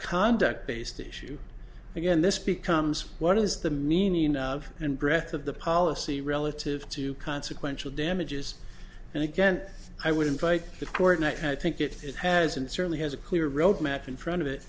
conduct based issue again this becomes what is the meaning of and breath of the policy relative to consequential damages and again i would invite the court i think it has and certainly has a clear roadmap in front of it